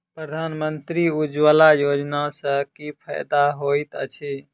प्रधानमंत्री उज्जवला योजना सँ की फायदा होइत अछि?